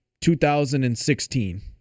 2016